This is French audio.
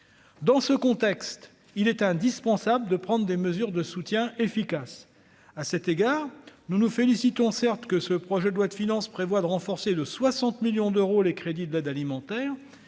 dans ce contexte, il est indispensable de prendre des mesures de soutien efficace à cet égard nous nous félicitons certes que ce projet de loi de finances prévoit de renforcer de 60 millions d'euros, les crédits de l'aide alimentaire,